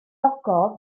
ogof